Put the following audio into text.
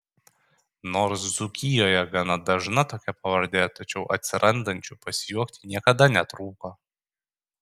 nors dzūkijoje gana dažna tokia pavardė tačiau atsirandančių pasijuokti niekada netrūko